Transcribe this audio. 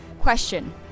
Question